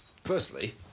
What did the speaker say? Firstly